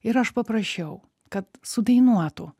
ir aš paprašiau kad sudainuotų